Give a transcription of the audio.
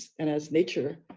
and as nature,